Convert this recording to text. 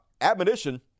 admonition